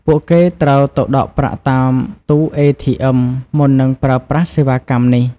ពួកគេត្រូវទៅដកប្រាក់តាមទូATM មុននឹងប្រើប្រាស់សេវាកម្មនេះ។